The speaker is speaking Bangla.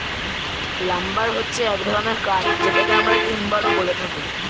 লাম্বার হচ্ছে এক ধরনের কাঠ যেটাকে আমরা টিম্বারও বলে থাকি